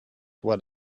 what